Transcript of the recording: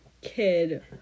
kid